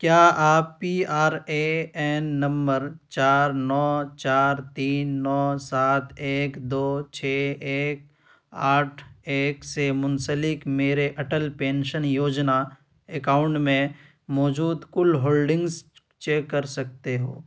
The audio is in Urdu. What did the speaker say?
کیا آپ P R A N number چار نو چار تین نو سات ایک دو چھ ایک آٹھ ایک سے منسلک میرے اٹل پینشن یوجنا اکاؤنٹ میں موجود کل ہولڈنگس چیک کر سکتے ہو